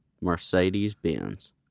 Mercedes-Benz